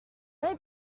avez